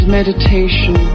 meditation